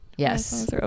Yes